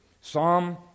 Psalm